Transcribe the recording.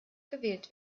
gewählt